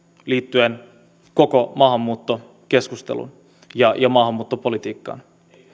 liittyen koko maahanmuuttokeskusteluun ja maahanmuuttopolitiikkaan